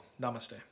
Namaste